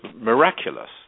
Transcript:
miraculous